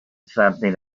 something